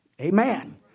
amen